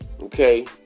Okay